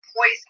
poison